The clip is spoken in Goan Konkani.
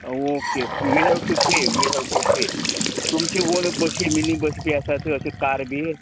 okay we have to pay we have to pay तुमची ओन बशीं मिनी बस बी आसात अश्यो कार बी